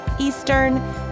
Eastern